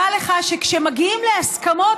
דע לך שכשמגיעים להסכמות,